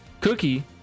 Cookie